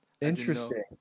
Interesting